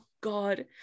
God